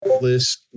list